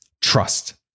Trust